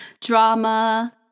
drama